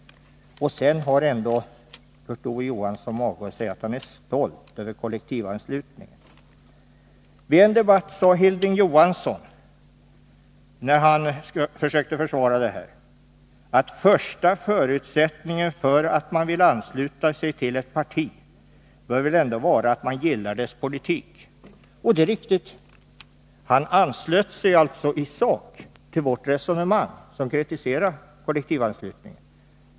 Sedan har ändå Kurt Ove Johansson mage att säga att han är stolt över kollektivanslutningen. I en debatt sade Hilding Johansson, när han försökte försvara denna företeelse, att första förutsättningen för att man vill ansluta sig till ett parti bör väl ändå vara att man gillar dess politik. Och det är riktigt. Han anslöt sig alltså i sak till vårt resonemang, som kritiserade kollektivanslutningen.